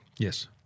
Yes